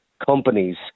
companies